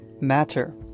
matter